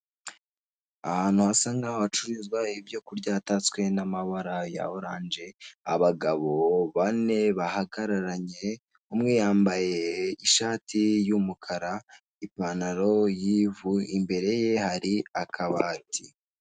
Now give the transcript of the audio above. Ahantu hasa nk'aho hacururizwa ibyo kurya hatatswe n'amabara ya oranje, abagabo bane bahagararanye, umwe yambaye ishati y'umukara, ipantaro y'ivu imbere ye hari akabati.